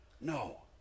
No